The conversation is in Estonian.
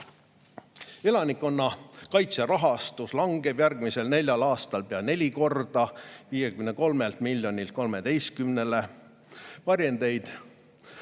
Elanikkonnakaitse rahastus langeb järgmisel neljal aastal pea neli korda: 53 miljonilt 13‑le. Varjenditele